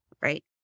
right